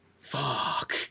Fuck